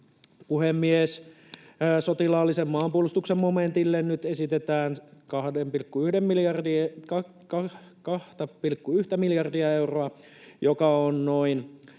Puhemies! Sotilaallisen maanpuolustuksen momentille esitetään nyt 2,1:tä miljardia euroa, joka on noin